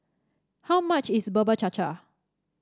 how much is Bubur Cha Cha